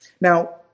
Now